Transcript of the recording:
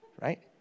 Right